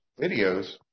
videos